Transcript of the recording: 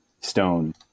stone